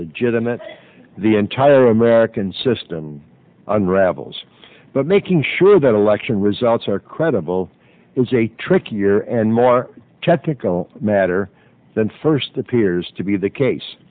legitimate the entire american system unravels but making sure that election results are credible is a tricky year and more technical matter than first appears to be the case